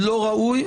לא ראוי,